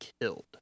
killed